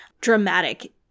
dramatic